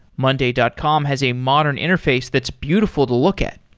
monday dot com has a modern interface that's beautiful to look at.